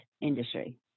industry